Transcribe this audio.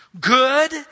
good